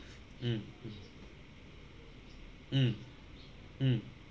mm mm mm mm